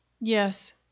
Yes